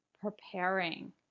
Preparing